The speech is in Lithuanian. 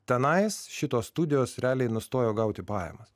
tenais šitos studijos realiai nustojo gauti pajamas